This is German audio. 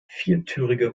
viertürige